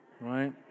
Right